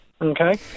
Okay